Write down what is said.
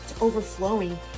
overflowing